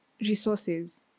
resources